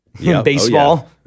baseball